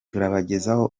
turabagezaho